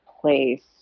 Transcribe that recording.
place